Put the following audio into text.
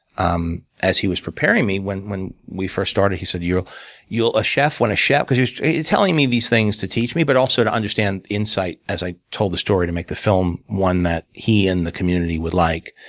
um as he was preparing me, when when we first started, he said, you'll you'll a chef when a chef, because he was telling me these things to teach me, but also to understand insight as i told the story to make the film one that he and the community would like.